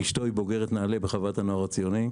אשתו בוגרת נעל"ה בחוות הנוער הציוני.